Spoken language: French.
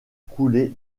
coulé